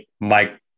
Mike